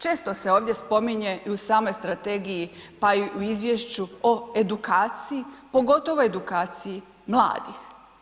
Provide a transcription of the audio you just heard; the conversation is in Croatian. Često se ovdje spominje i u samoj strategiji pa i u izvješću o edukaciji, pogotovo edukaciji mladih.